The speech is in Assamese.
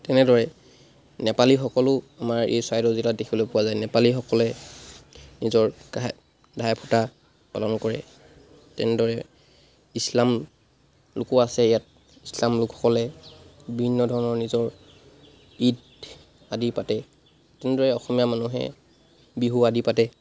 তেনেদৰে নেপালীসকলো আমাৰ এই চৰাইদেউ জিলাত দেখিবলৈ পোৱা যায় নেপালীসকলে নিজৰ কাহা ভাই ফুটা পালন কৰে তেনেদৰে ইছলাম লোকো আছে ইয়াত ইছলাম লোকসকলে বিভিন্ন ধৰণৰ নিজৰ ঈদ আদি পাতে তেনেদৰে অসমীয়া মানুহে বিহু আদি পাতে